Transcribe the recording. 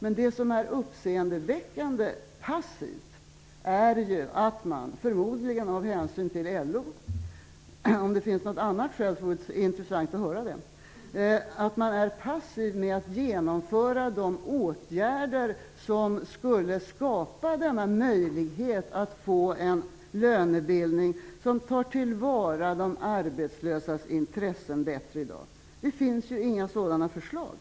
Men det som är uppseendeväckande är regeringens passivitet i genomförandet av de åtgärder som skulle skapa en möjlighet till en lönebildning som bättre tar till vara de arbetslösas intressen i dag. Regeringen är förmodligen passiv av hänsyn till LO - om skälet är något annat vore det intressant att få höra det. Det finns inga sådana här förslag.